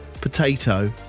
potato